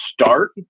start